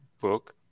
book